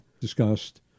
discussed